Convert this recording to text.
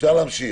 אפשר להמשיך.